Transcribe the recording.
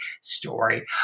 story